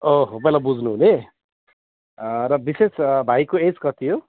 अँ हो पहिला बुझ्नुहुने र विशेष भाइको एज कति हो